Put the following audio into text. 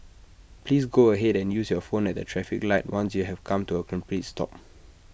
please go ahead and use your phone at the traffic light once you have come to A complete stop